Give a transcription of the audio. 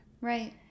right